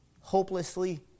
Hopelessly